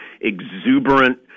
exuberant